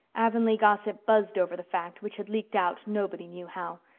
avonlea gossip buzzed over the fact, which had leaked out, nobody knew how.